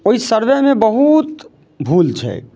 ओइ सर्वेमे बहूत भूल छै